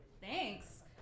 Thanks